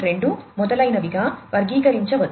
2 మొదలైనవిగా వర్గీకరించవచ్చు